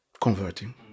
converting